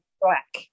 black